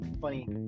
funny